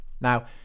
Now